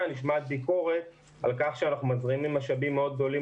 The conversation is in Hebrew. נשמעת ביקורת על כך שאנחנו מזרימים משאבים מאוד גדולים